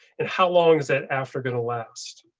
and how long is that after going to last?